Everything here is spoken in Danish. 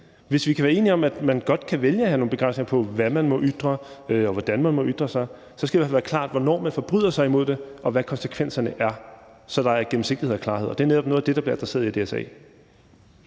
Hvis vi kan være enige om, at man godt kan vælge at have nogle begrænsninger for, hvad folk må ytre, og hvordan de må ytre sig, skal det i hvert fald være klart, hvornår de forbryder sig imod det, og hvad konsekvenserne er, så der er gennemsigtighed og klarhed. Det er netop noget af det, der bliver adresseret i DSA.